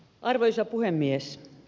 arvoisa puhemies